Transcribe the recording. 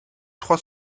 trois